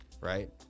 right